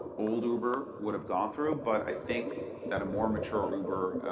old uber would've gone through, but i think that a more mature uber,